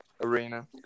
Arena